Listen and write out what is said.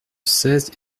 seize